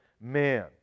man